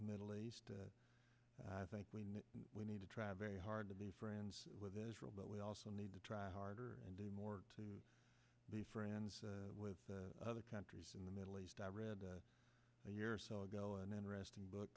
middle east i think we need we need to try very hard to be friends with israel but we also need to try harder and do more to be friends with other countries in the middle east i read a year or so ago and then rest in book